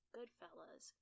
Goodfellas